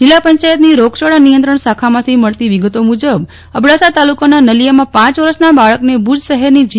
જિલ્લા પંચાયતની રોગચાળા નિયંત્રણ શાખામાંથી મળતી વિગતો મુજબ અબડાસા તાલુકાના નલિયામાં પ વર્ષના બાળકને ભુજ શહેરની જી